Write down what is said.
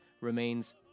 remains